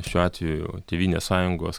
šiuo atveju tėvynės sąjungos